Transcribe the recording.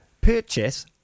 purchase